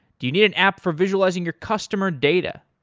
do you need an app for visualizing your customer data?